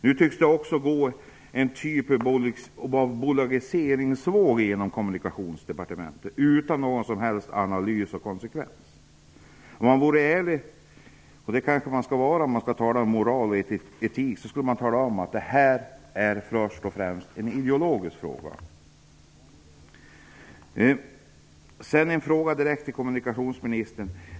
Nu tycks det också gå en sorts bolagiseringsvåg genom Kommunikationsdepartementet utan någon som helst analys och konsekvens. Om man vore ärlig -- och det skall man kanske vara när man talar om moral och etik -- skulle man tala om att det här först och främst är en ideologisk fråga. Sedan vänder jag mig direkt till kommunikationsministern.